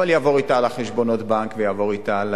אבל יעבור אתה על חשבונות הבנק, יעבור אתה על